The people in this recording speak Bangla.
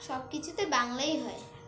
সব কিছুতে বাংলাই হয়